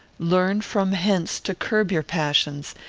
learn from hence to curb your passions,